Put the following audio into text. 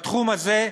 בתחום הזה,